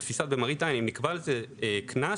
במראית עין נקבע על זה קנס,